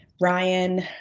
Ryan